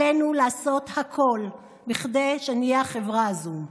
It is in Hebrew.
עלינו לעשות הכול כדי שנהיה החברה הזו,